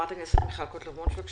חברת הכנסת מיכל קוטלר וונש, בבקשה.